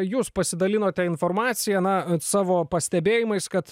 jūs pasidalinote informacija na savo pastebėjimais kad